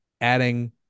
adding